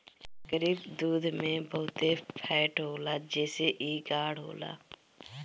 एकरी दूध में बहुते फैट होला जेसे इ गाढ़ होला